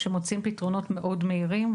שמוצאים פתרונות מאוד מהירים,